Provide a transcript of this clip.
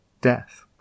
Death